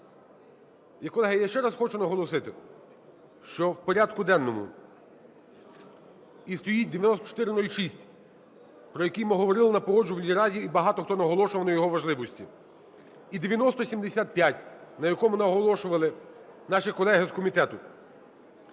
Колеги, я ще раз хочу наголосити, що в порядку денному стоїть 9406, про який ми говорили на Погоджувальній раді і багато хто наголошував на його важливості. І 9075, на якому наголошували наші колеги з комітету.